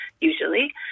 usually